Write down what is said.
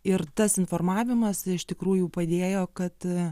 ir tas informavimas iš tikrųjų padėjo kad